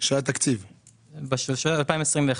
ב-2021.